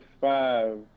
five